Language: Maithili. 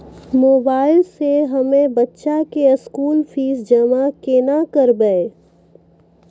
मोबाइल से हम्मय बच्चा के स्कूल फीस जमा केना करबै?